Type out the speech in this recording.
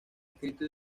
escrito